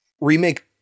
Remake